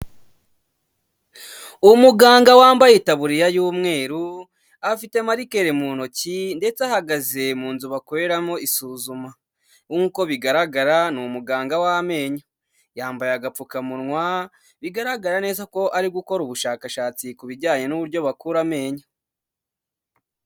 Umuganga wambaye itaburiya y'umweru, afite marikeri mu ntoki ndetse ahagaze mu nzu bakoreramo isuzuma. Nk'uko bigaragara ni umuganga w'amenyo. Yambaye agapfukamunwa, bigaragara neza ko ari gukora ubushakashatsi ku bijyanye n'uburyo bakura amenyo.